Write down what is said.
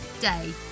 day